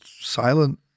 silent